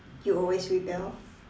you always rebel